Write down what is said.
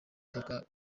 ndeka